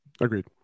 Agreed